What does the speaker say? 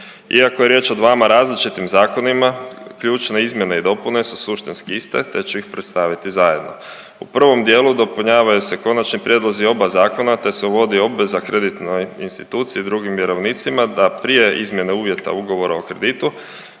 Iako je riječ o dvama različitim zakonima ključne izmjene i dopune su suštinski iste, te ću ih predstaviti zajedno. U prvom dijelu dopunjavaju se konačni prijedlozi oba zakona, te se uvodi obveza kreditnoj instituciji i drugim vjerovnicima da prije izmjene uvjeta ugovora o kreditu